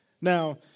Now